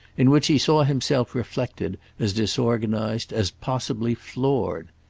in which he saw himself reflected as disorganised, as possibly floored.